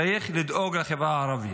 צריך לדאוג לחברה הערבית.